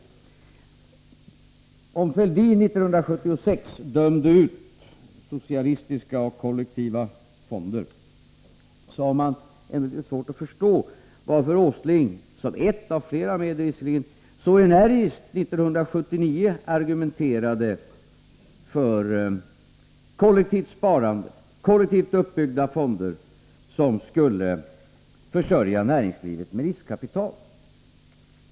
Om Thorbjörn Fälldin år 1976 dömde ut socialistiska och kollektiva fonder, har jag ändå litet svårt att förstå varför Nils Åsling — visserligen som ett medel av flera — så energiskt år 1979 argumenterade för kollektivt sparande, kollektivt uppbyggda fonder som skulle försörja näringslivet med riskkapital.